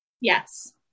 Yes